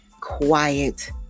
quiet